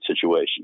situation